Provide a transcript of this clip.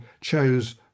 chose